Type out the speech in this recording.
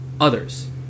others